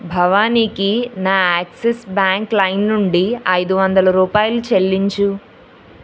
భవానీకి నా Axis bank లైమ్ నుండి ఐదు వందల రూపాయలు చెల్లించు